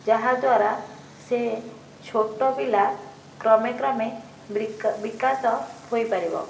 ଯାହାଦ୍ଵାରା ସେ ଛୋଟପିଲା କ୍ରମେ କ୍ରମେ ବିକାଶ ହୋଇପାରିବ